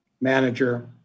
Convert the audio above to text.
manager